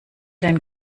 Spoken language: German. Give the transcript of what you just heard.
den